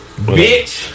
bitch